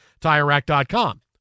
TireRack.com